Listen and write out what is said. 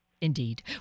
Indeed